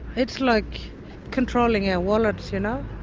it's like controlling our wallets, you know.